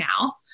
now